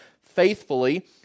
faithfully